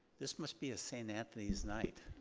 this must be a saint anthony's night.